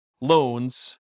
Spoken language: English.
loans